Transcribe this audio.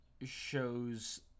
Shows